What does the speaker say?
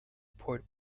port